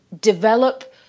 develop